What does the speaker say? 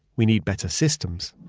we need better systems.